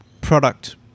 product